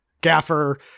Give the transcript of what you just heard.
gaffer